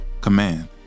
command